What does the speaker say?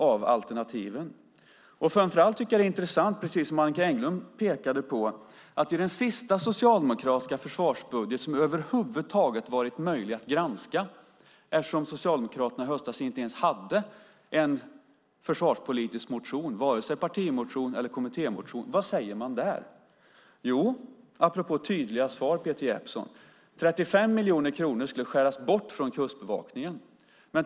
Framför allt tycker jag att det är intressant, precis som Annicka Engblom pekade på, att notera det som står i den sista socialdemokratiska försvarsbudget som det över huvud taget har varit möjligt att granska, eftersom Socialdemokraterna i höstas inte ens hade en försvarspolitisk motion, vare sig partimotion eller kommittémotion. Vad säger man där? Apropå tydliga svar, Peter Jeppsson, säger man att 35 miljoner kronor ska skäras bort från Kustbevakningen.